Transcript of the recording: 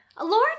Lauren